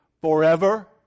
Forever